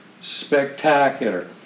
spectacular